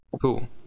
cool